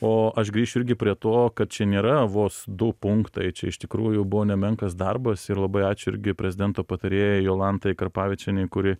o aš grįšiu irgi prie to kad čia nėra vos du punktai čia iš tikrųjų buvo nemenkas darbas ir labai ačiū irgi prezidento patarėjai jolantai karpavičienei kuri